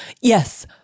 Yes